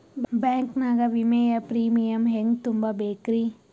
Bank ನಾಗ ವಿಮೆಯ premium ಹೆಂಗ್ ತುಂಬಾ ಬೇಕ್ರಿ?